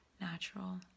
natural